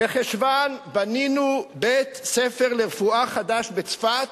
בחשוון בנינו בית-ספר חדש לרפואה בצפת